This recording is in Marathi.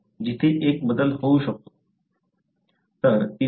तर तिथे एक बदल होऊ शकतो